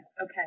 Okay